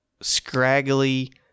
scraggly